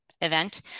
event